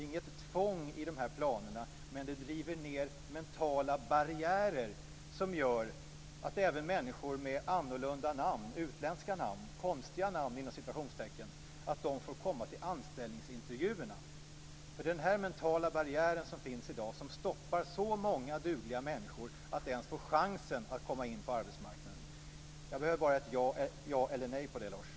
I de här planerna ligger inget tvång, men de river ned mentala barriärer, vilket gör att även människor med utländska "konstiga" namn får komma till anställningsintervjuerna. Den mentala barriär som finns i dag hindrar att många dugliga människor ens får chansen att komma in på arbetsmarknaden. Jag behöver bara ett ja eller ett nej på den frågan,